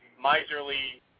miserly